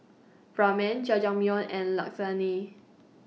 Ramen Jajangmyeon and Lasagne